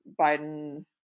Biden